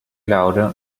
laura